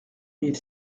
mille